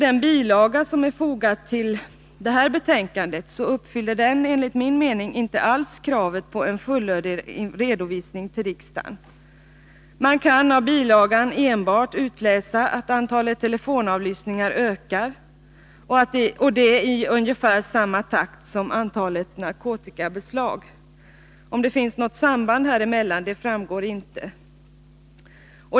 Den bilaga som är fogad till betänkandet uppfyller enligt min mening inte alls kravet på en fullödig redovisning till riksdagen. Man kan av bilagan enbart utläsa att antalet telefonavlyssningar ökar, och det i ungefär samma takt som antalet narkotikabeslag. Om det finns något samband däremellan framgår inte.